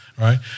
right